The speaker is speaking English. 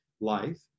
life